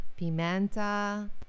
pimenta